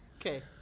Okay